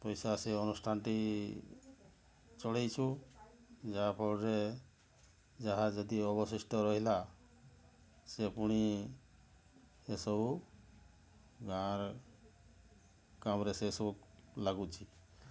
ପଇସା ସେଇ ଅନୁଷ୍ଠାନ ଟି ଚଳେଇଛୁ ଯାହା ଫଳରେ ଯାହା ଯଦି ଅବଶିଷ୍ଟ ରହିଲା ସେ ପୁଣି ଏସବୁ ଗାଁ' ରେ କାମରେ ସେସବୁ ଲାଗୁଛି